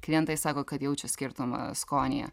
klientai sako kad jaučia skirtumą skonyje